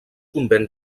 convent